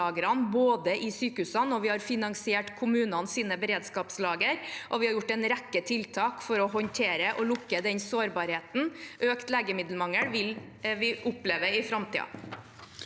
i sykehusene, og vi har finansiert kommunenes beredskapslagre. Vi har gjort en rekke tiltak for å håndtere og lukke den sårbarheten. Økt legemiddelmangel vil vi oppleve i framtiden.